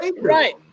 Right